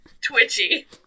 twitchy